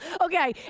Okay